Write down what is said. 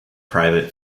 private